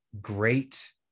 great